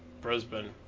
Brisbane